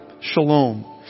Shalom